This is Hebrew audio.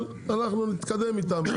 אבל אנחנו נתקדם איתם.